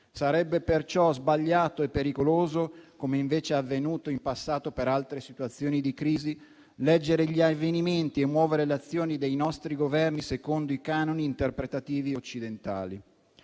Sarebbe perciò sbagliato e pericoloso, come invece avvenuto in passato per altre situazioni di crisi, leggere gli avvenimenti e muovere le azioni dei nostri Governi secondo i canoni interpretativi occidentali,